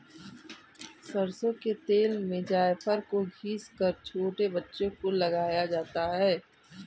सरसों के तेल में जायफल को घिस कर छोटे बच्चों को लगाया जाता है